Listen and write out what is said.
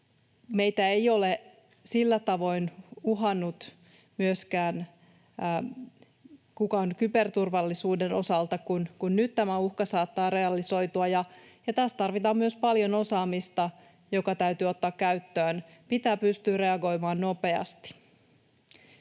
Meitä ei ole sillä tavoin uhannut kukaan myöskään kyberturvallisuuden osalta kuin miten nyt tämä uhka saattaa realisoitua, ja tässä tarvitaan myös paljon osaamista, joka täytyy ottaa käyttöön. Pitää pystyä reagoimaan nopeasti.